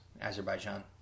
Azerbaijan